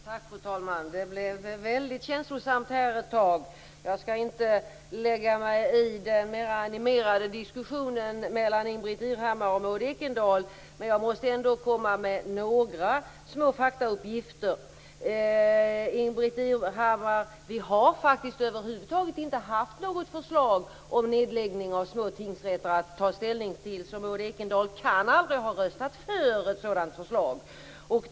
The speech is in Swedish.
Fru talman! Det blev väldigt känslosamt här ett tag. Jag skall inte lägga mig i den mer animerade diskussionen mellan Ingbritt Irhammar och Maud Ekendahl, men jag måste ändå komma med några små faktauppgifter. Ingbritt Irhammar, vi har faktiskt över huvud taget inte haft något förslag om nedläggning av små tingsrätter att ta ställning till, så Maud Ekendahl kan aldrig ha röstat för ett sådant förslag.